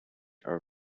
our